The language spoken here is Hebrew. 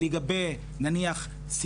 נניח לגבי סיכון,